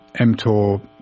mTOR